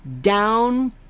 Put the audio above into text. down